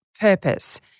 purpose